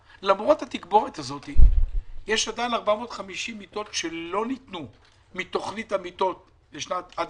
התגבורת הזאת יש עדיין 450 מיטות שלא ניתנו מתוכנית המיטות עד